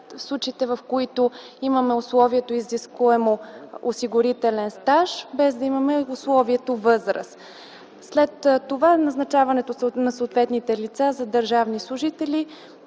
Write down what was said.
в които имаме изискуемото условие – осигурителен стаж, без да имаме условието възраст. След това за назначаването на съответните лица за държавни служители